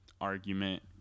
argument